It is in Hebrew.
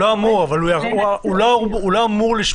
בין האסיר --- הוא לא אמור לשמוע,